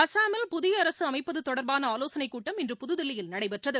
அசாமில் புதியஅரசுஅமைப்பதுதொடர்பானஆலோசனைக் கூட்டம் இன்று புதுதில்லியில் நடைபெற்றது